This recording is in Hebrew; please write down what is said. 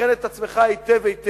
הכן את עצמך היטב היטב,